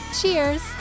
Cheers